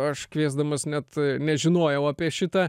aš kviesdamas net nežinojau apie šitą